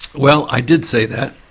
well i did say that,